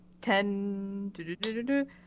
ten